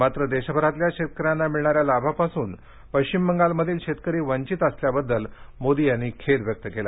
मात्र देशभरातल्या शेतकऱ्यांना मिळणाऱ्या लाभापासून पश्चिम बंगालमधील शेतकरी वंचित असल्याबद्दल मोदी यांनी खेद व्यक्त केला